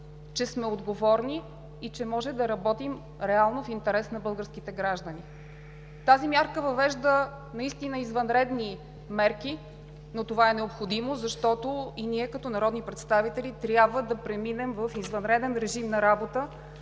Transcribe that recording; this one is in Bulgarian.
че сме отговорни и можем да работим реално в интерес на българските граждани. Тази мярка въвежда извънредни мерки, но това е необходимо, защото и ние като народни представители трябва да преминем в извънреден режим на работа.